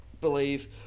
believe